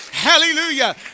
Hallelujah